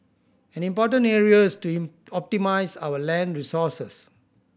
an important areas to optimise our land resources